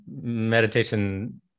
meditation